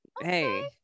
hey